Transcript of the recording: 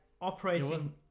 operating